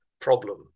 problem